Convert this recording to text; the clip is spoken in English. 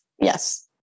Yes